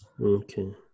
Okay